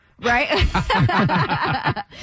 Right